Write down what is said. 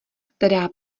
která